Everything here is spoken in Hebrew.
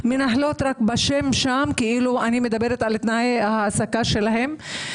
אני מדברת על תנאי ההעסקה שלהן.